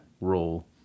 role